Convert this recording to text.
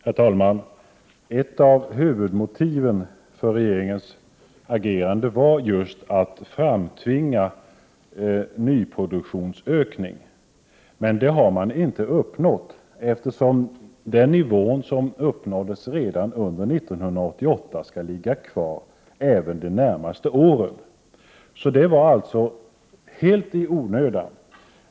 Herr talman! Ett av huvudmotiven för regeringens agerande var just att framtvinga en ökning av nyproduktionen. Men det har man inte uppnått, eftersom nyproduktionen även under de kommande åren skall ligga kvar på den nivå som uppnåddes redan under år 1988. Dessa åtgärder vidtogs alltså helt i onödan.